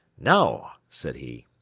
now, said he,